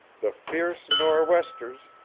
the fierce nor'westers,